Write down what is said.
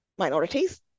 Minorities